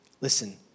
Listen